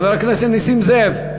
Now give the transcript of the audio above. חבר הכנסת נסים זאב,